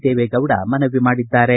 ದೇವೇಗೌಡ ಮನವಿ ಮಾಡಿದ್ದಾರೆ